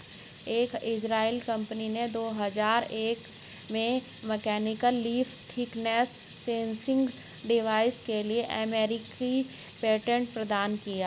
एक इजरायली कंपनी ने दो हजार एक में mechanical leaf thickness sensing device के लिए अमेरिकी पेटेंट प्रदान किया